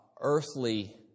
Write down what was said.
earthly